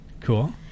Cool